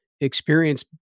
experience